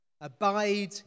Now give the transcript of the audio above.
abide